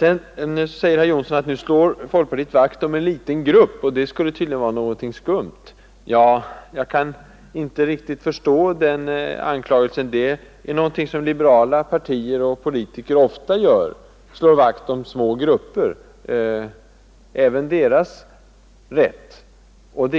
Herr Johnsson sade också att folkpartiet här slår vakt om en liten grupp, och det skulle tydligen vara något skumt i det. Den anklagelsen kan jag inte riktigt förstå. Att slå vakt om en liten grupp är något som liberala partier och politiker ofta gör. Även den lilla gruppens rätt och